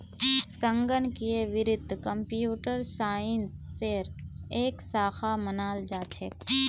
संगणकीय वित्त कम्प्यूटर साइंसेर एक शाखा मानाल जा छेक